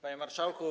Panie Marszałku!